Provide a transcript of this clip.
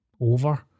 over